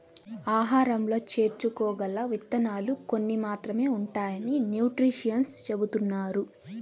ఆహారంలో చేర్చుకోగల విత్తనాలు కొన్ని మాత్రమే ఉంటాయని న్యూట్రిషన్స్ చెబుతున్నారు